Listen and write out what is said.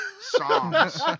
songs